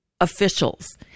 officials